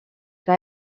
que